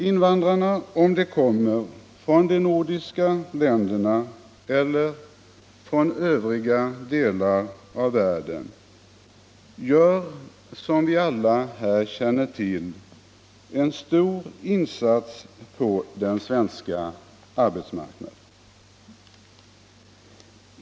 Invandrarna, om de nu kommer från de nordiska länderna eller från övriga delar av världen, gör som vi alla känner till en stor insats på den svenska arbetsmarknaden.